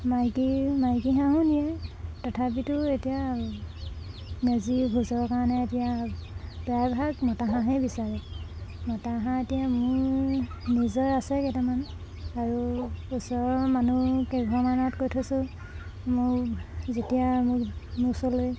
মাইকী মাইকী হাঁহো নিয়ে তথাপিতো এতিয়া মেজি ভোজৰ কাৰণে এতিয়া প্ৰায়ভাগ মতা হাঁহেই বিচাৰে মতা হাঁহ এতিয়া মোৰ নিজৰ আছে কেইটামান আৰু ওচৰৰ মানুহ কেইঘৰমানত কৈ থৈছোঁ মোৰ যেতিয়া মোক মোৰ ওচৰলৈ